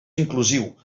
inclusiu